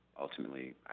ultimately